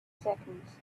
seconds